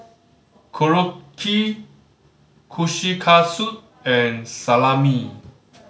Korokke Kushikatsu and Salami